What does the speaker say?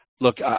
look